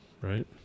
right